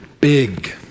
big